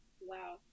wow